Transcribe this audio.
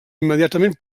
immediatament